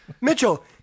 Mitchell